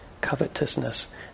covetousness